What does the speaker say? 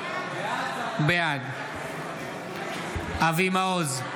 בעד אבי מעוז,